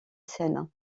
scène